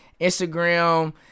Instagram